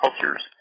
cultures